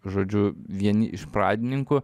žodžiu vieni iš pradininkų